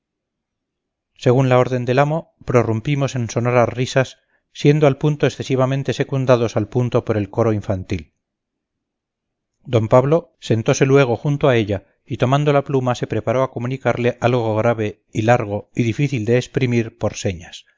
según la orden del amo prorrumpimos en sonoras risas siendo al punto excesivamente secundados al punto por el coro infantil d pablo sentose luego junto a ella y tomando la pluma se preparó a comunicarle algo grave y largo y difícil de exprimir por señas